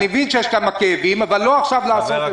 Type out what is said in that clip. אני מבין שיש כמה כאבים אבל לא עכשיו הזמן לעשות את זה.